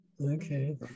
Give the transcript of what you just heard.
Okay